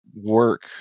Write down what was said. work